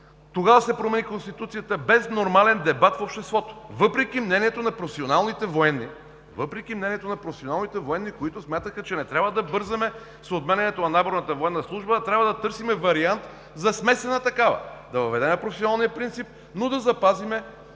тогава се промени Конституцията без нормален дебат в обществото, въпреки мнението на професионалните военни, които смятаха, че не трябва да бързаме с отменянето на наборната военна служба, а трябва да търсим вариант за смесена такава. Да въведем професионалния принцип, но да запазим